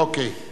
אוקיי.